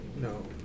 No